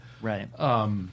right